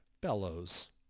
bellows